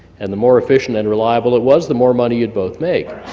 and the more efficient and reliable it was, the more money you'd both make.